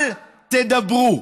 אל תדברו,